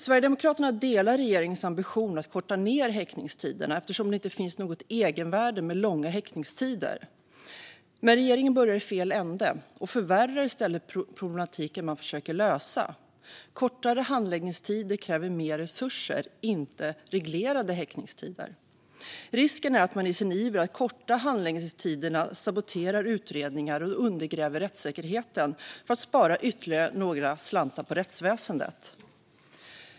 Sverigedemokraterna delar regeringens ambition att korta ned häktningstiderna eftersom det inte finns något egenvärde med långa häktningstider. Men regeringen börjar i fel ände och förvärrar i stället de problem man försöker lösa. Kortare handläggningstider kräver mer resurser, inte reglerade häktningstider. Risken är att man i sin iver att korta handläggningstiderna saboterar utredningar och undergräver rättssäkerheten, för att spara ytterligare några slantar på rättsväsendet.